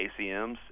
acms